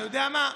אתה יודע מה?